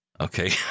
Okay